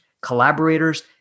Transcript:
collaborators